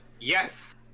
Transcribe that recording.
yes